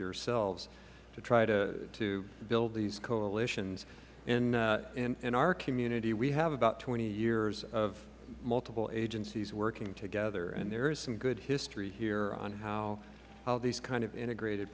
yourselves to try to build these coalitions in our community we have about twenty years of multiple agencies working together and there is some good history here on how these kind of integrated